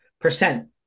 percent